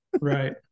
Right